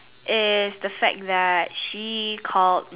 is the fact that she called